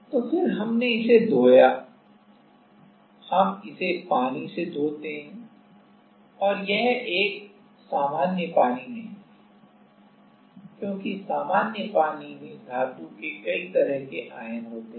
तो फिर हमने इसे धोया हम इसे पानी से धोते हैं और यह एक सामान्य पानी नहीं है क्योंकि सामान्य पानी में धातु के कई तरह के आयन होते हैं